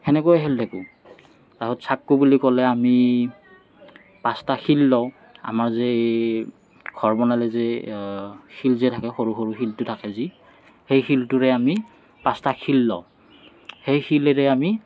সেনেকৈ খেলি থাকোঁ তাৰপিছত চাকু বুলি ক'লে আমি পাঁচটা শিল লওঁ আমাৰ যে এই ঘৰ বনালে যে শিল যে থাকে সৰু সৰু শিলটো থাকে যে সেই শিলটোৰে আমি পাঁচটা শিল লওঁ সেই শিলেৰে আমি